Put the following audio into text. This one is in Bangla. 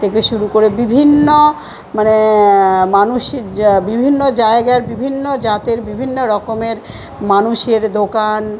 থেকে শুরু করে বিভিন্ন মানে মানুষের যা বিভিন্ন জায়গার বিভিন্ন জাতের বিভিন্ন রকমের মানুষের দোকান